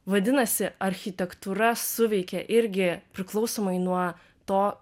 vadinasi architektūra suveikė irgi priklausomai nuo to